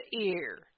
ear